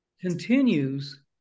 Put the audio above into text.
continues